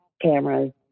cameras